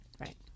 Right